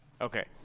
Okay